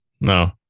No